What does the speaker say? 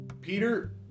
Peter